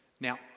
Now